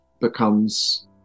becomes